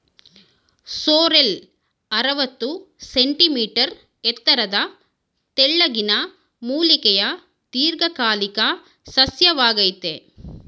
sorrel ಅರವತ್ತು centimetre ಎತ್ತರದ ತೆಳ್ಳಗಿನ ಮೂಲಿಕೆಯ ದೀರ್ಘಕಾಲಿಕ ಸಸ್ಯವಾಗಯ್ತೆ